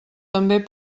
també